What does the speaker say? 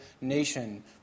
nation